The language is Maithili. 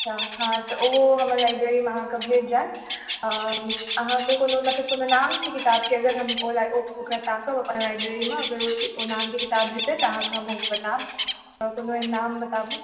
अच्छा हँ तऽ ओ हमर लाइब्रेरी मे अहाँकेॅं भेट जायत अहाँ मतलब कोनो नाम छै किताबके अगर हम ओकरा ताकब हम अपन लाइब्रेरी मे अगर ओहि नामके किताब हेतै तऽ अहाँकेँ हम ओ बतायब तऽ कोनो एहन नाम बताबु